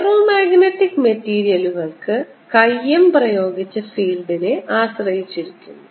ferro magnetic മെറ്റീരിയലുകൾക്ക് chi m പ്രയോഗിച്ച ഫീൽഡിനെ ആശ്രയിച്ചിരിക്കുന്നു